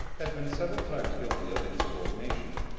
had been several times guilty of insubordination.